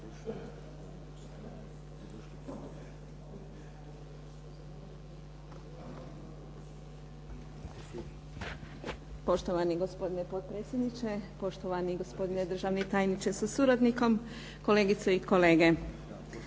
Poštovani gospodine potpredsjedniče, poštovani gospodine državni tajniče sa suradnikom, kolegice i kolege